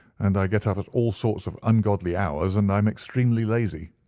and i get up at all sorts of ungodly hours, and i am extremely lazy.